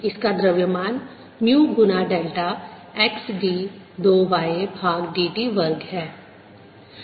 इसका द्रव्यमान म्यू गुना डेल्टा x d 2 y भाग d t वर्ग है